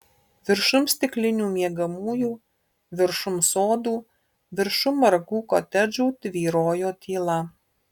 viršum stiklinių miegamųjų viršum sodų viršum margų kotedžų tvyrojo tyla